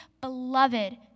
beloved